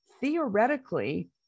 theoretically